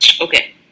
Okay